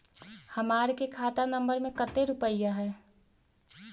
हमार के खाता नंबर में कते रूपैया है?